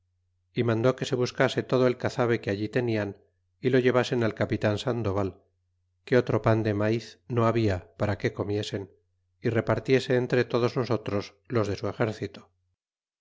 y mandó que se buscase todo el cazabe que allí tenian y lo llevasen al capitan sandoval que otro pan de maiz no habla para que comiesen y repartiese entre todos nosotros los